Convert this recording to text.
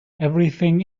everything